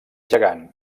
gegant